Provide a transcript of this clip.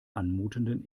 anmutenden